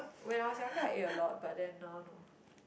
when I was younger I ate a lot but then now no